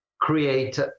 create